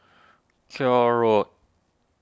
Koek Road